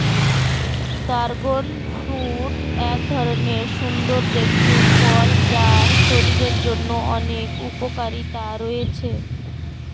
dragon fruit এক ধরণের সুন্দর দেখতে ফল যার শরীরের জন্য অনেক উপকারিতা রয়েছে